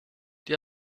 die